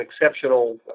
exceptional